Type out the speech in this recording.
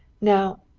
now,